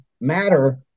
Matter